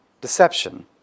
deception